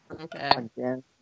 Okay